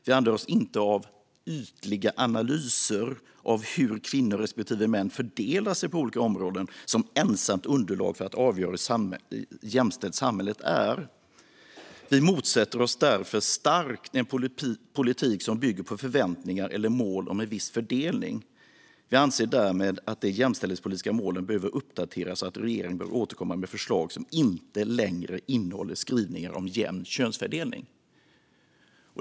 Vi använder oss inte av ytliga analyser av hur kvinnor respektive män fördelar sig på olika områden som ensamt underlag för att avgöra hur jämställt samhället är. - Vi motsätter oss därför starkt en politik som bygger på förväntningar eller mål om en viss fördelning. Vi anser därmed att de jämställdhetspolitiska målen behöver uppdateras och att regeringen bör återkomma med förslag som inte längre innehåller skrivningar om en jämn könsfördelning."